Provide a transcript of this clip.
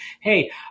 hey